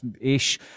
ish